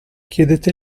chiedete